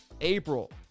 April